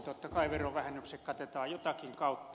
totta kai verovähennykset katetaan jotakin kautta